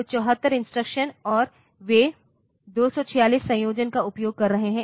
तो 74 इंस्ट्रक्शंस और वे 246 संयोजनों का उपयोग कर रहे हैं